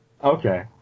Okay